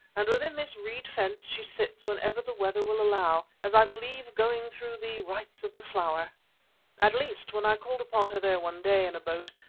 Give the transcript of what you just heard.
and within this reed fence she sits whenever the weather will allow, as i believe going through the rites of the flower at least when i called upon her there one day, in a boat,